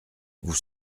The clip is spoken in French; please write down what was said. vous